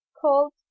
called